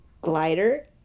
glider